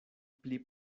pli